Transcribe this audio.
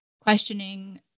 questioning